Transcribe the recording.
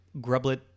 Grublet